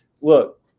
look